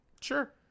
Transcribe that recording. Sure